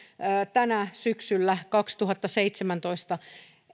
tänä syksynä kaksituhattaseitsemäntoista